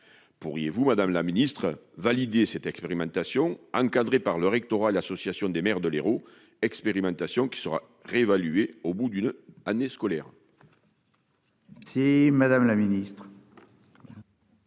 Pourriez-vous Madame la Ministre valider cette expérimentation encadré par le rectorat, l'Association des maires de l'Hérault expérimentation qui sera réévaluée au bout d'une année scolaire. C'est madame la ministre.